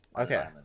Okay